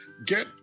Get